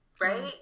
right